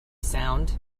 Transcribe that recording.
sound